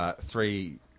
three